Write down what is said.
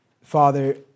Father